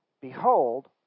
Behold